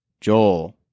Joel